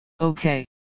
Okay